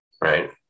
right